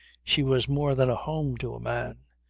she was more than a home to a man.